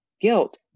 guilt